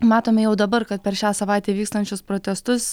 matome jau dabar kad per šią savaitę vykstančius protestus